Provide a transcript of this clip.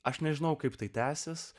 aš nežinau kaip tai tęsiasi